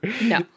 No